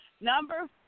Number